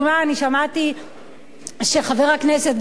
אני שמעתי שחבר הכנסת גפני,